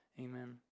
Amen